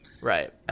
Right